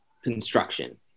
construction